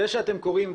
זה שאתם קוראים,